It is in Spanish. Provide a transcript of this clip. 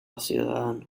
ciudadano